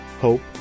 hope